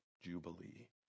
Jubilee